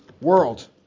world